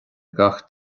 gach